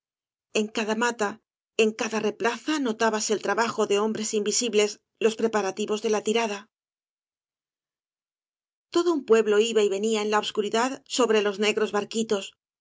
en cada mata en cada replaza notábase el trabajo de hombrea invimbles los preparativos de la tirada todo un pueblo iba y venía en la obscuridad bobre ios negros barquitos eo